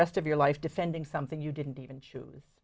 rest of your life defending something you didn't even choose